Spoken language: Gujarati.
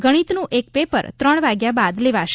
ગણિતનું એક પેપર ત્રણ વાગ્યા બાદ લેવાશે